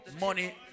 money